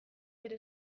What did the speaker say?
bere